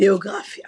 ביוגרפיה